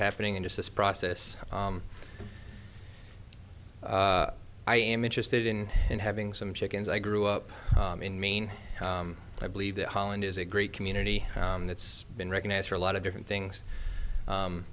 happening in just this process i am interested in and having some chickens i grew up in maine i believe that holland is a great community that's been recognized for a lot of different things